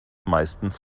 meistens